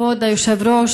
כבוד היושב-ראש,